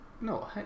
No